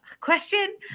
question